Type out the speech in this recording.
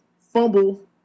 fumble